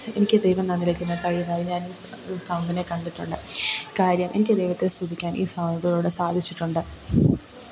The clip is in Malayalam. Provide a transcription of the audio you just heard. എനിക്ക് ദൈവം തന്നിരിക്കുന്ന കഴിവായി ഞാൻ ഈ സ ഈ സൗണ്ടിനെ കണ്ടിട്ടുണ്ട് കാര്യം എനിക്ക് ദൈവത്തെ സ്തുതിക്കാൻ ഈ സൗണ്ടിലൂടെ സാധിച്ചിട്ടുണ്ട്